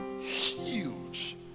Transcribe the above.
Huge